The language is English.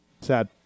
Sad